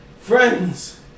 Friends